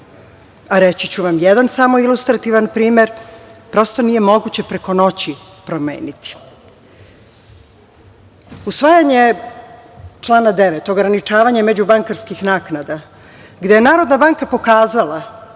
a reći ću vam jedan samo ilustrativan primer, prosto nije moguće preko noći promeniti. Usvajanje člana 9 - ograničavanje međubankarskih naknada, gde je Narodna banka pokazala,